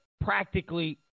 practically